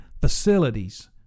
facilities